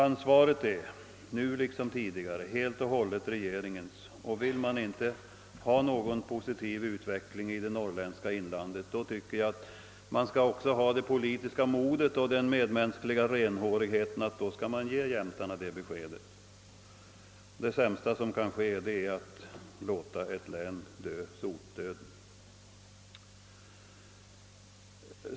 Ansvaret är, nu liksom tidigare, helt och hållet regeringens och vill man inte ha någon positiv utveckling i det norrländska inlandet, tycker jag att man också skall ha det politiska modet och den medmänskliga renhårigheten att ge jämtarna det beskedet. Det sämsta som kan ske är att låta ett helt län dö »sotdöden».